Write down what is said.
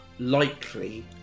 likely